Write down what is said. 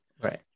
Right